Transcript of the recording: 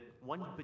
one